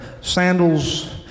sandals